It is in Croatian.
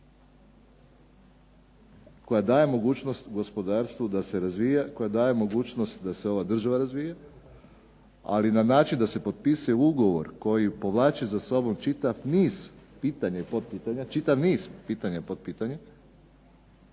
koja daje mogućnost gospodarstvu da se razvija, koja daje mogućnost da se ova država razvija, ali na način da se potpisuje ugovor koji povlači za sobom čitav niz pitanja i potpitanja, mislim da to ne